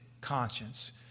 conscience